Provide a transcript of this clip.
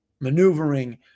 maneuvering